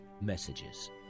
messages